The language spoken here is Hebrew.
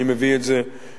אני מביא את זה כדוגמה.